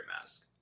mask